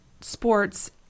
sports